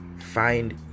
find